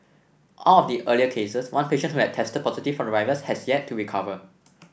out of the earlier cases one patient who had tested positive for the virus has yet to recover